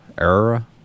Era